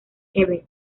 quebec